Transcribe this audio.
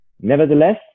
Nevertheless